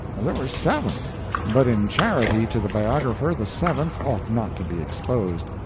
there were seven but in charity to the biographer the seventh ought not to be exposed.